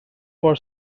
for